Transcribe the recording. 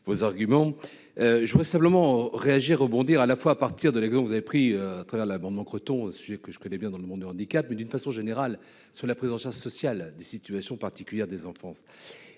vos arguments, je voudrais simplement réagir rebondir à la fois à partir de l'exemple, vous avez pris à travers l'amendement Creton, sujet que je connais bien, dans le monde du handicap, mais d'une façon générale, sur la prise en charge sociale des situations particulières, des enfants